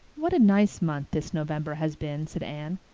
what a nice month this november has been! said anne,